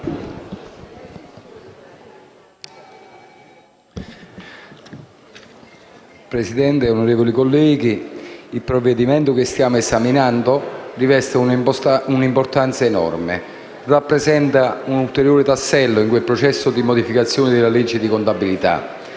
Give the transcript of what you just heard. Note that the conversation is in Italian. Presidente, onorevoli colleghi, il provvedimento che stiamo esaminando riveste un'importanza enorme. Esso rappresenta un ulteriore tassello di quel processo di modificazioni alla legge di contabilità